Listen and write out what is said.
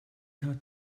hat